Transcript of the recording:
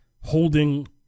holding